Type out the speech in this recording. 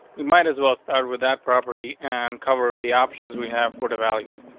we might as well start with that property and cover the options we have for the values.